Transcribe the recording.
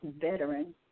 veteran